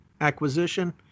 acquisition